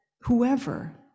whoever